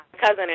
cousin